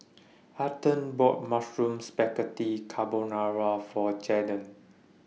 Arther bought Mushroom Spaghetti Carbonara For Jaydan